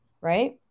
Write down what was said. right